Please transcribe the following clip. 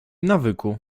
nawyku